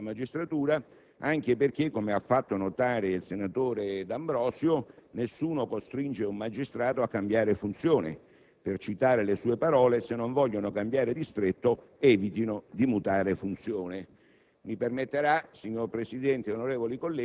È difficile vedervi un attacco all'indipendenza della magistratura, anche perché - come ha fatto notare il senatore D'Ambrosio - nessuno costringe un magistrato a cambiare funzione; per citare le sue parole: «Se non vogliono cambiare distretto, evitino di mutare funzione».